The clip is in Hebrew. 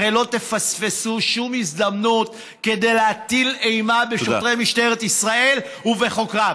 הרי לא תפספסו שום הזדמנות להטיל אימה על שוטרי משטרת ישראל ועל חוקריה.